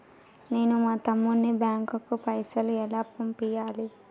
నేను మా తమ్ముని బ్యాంకుకు పైసలు ఎలా పంపియ్యాలి?